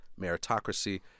meritocracy